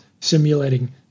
simulating